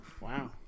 Wow